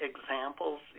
examples